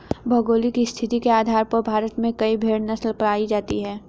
भौगोलिक स्थिति के आधार पर भारत में कई भेड़ नस्लें पाई जाती हैं